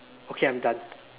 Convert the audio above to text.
okay I'm done